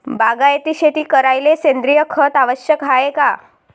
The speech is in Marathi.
बागायती शेती करायले सेंद्रिय खत आवश्यक हाये का?